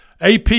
AP